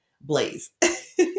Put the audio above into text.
Blaze